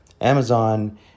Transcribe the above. Amazon